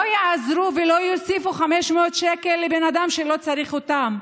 לא יעזרו ולא יוסיפו 500 שקלים לבן אדם שלא צריך אותם,